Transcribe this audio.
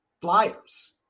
flyers